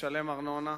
לשלם ארנונה,